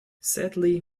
sadly